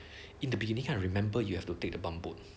in the beginning I remember you have to take the bumboat